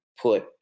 put